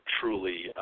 truly